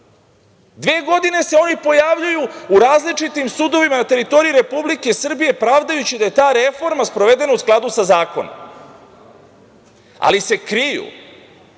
godine se oni pojavljuju u različitim sudovima na teritoriji Republike Srbije, pravdajući da je ta reforma sprovedena u skladu sa zakonom, ali se kriju.